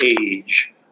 age